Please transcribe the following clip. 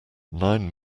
nine